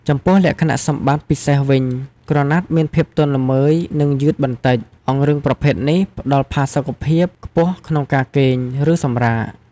ចំពោះលក្ខណៈសម្បត្តិពិសេសវិញ ក្រណាត់មានភាពទន់ល្មើយ និងយឺតបន្តិច អង្រឹងប្រភេទនេះផ្ដល់ផាសុខភាពខ្ពស់ក្នុងការគេង ឬសម្រាក។